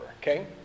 okay